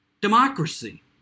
democracy